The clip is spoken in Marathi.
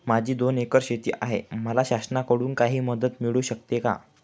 माझी दोन एकर शेती आहे, मला शासनाकडून काही मदत मिळू शकते का?